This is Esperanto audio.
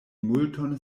multon